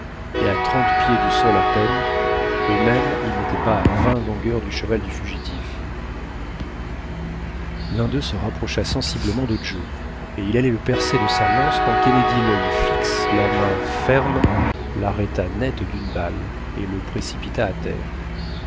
et à trente pieds du sol à peine eux-mêmes ils n'étaient pas à vingt longueurs de cheval du fugitif l'un d'eux se rapprocha sensiblement de joe et il allait le percer de sa lance quand kennedy l'il fixe la main ferme l'arrêta net d'une balle et le précipita à terre